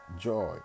joy